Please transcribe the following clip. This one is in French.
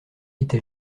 était